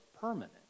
permanent